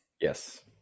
Yes